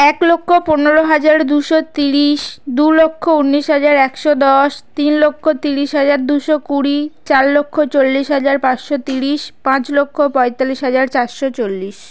এক লক্ষ পনেরো হাজার দুশো তিরিশ দু লক্ষ উনিশ হাজার একশো দশ তিন লক্ষ তিরিশ হাজার দুশো কুড়ি চার লক্ষ চল্লিশ হাজার পাঁসশো তিরিশ পাঁচ লক্ষ পঁয়তাল্লিশ হাজার চারশো চল্লিশ